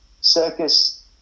circus